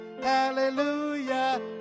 Hallelujah